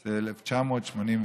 1981,